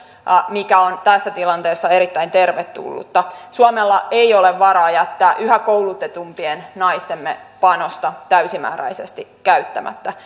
mikä on tässä tilanteessa erittäin tervetullutta suomella ei ole varaa jättää yhä koulutetumpien naistemme panosta täysimääräisesti käyttämättä